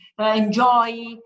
enjoy